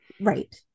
Right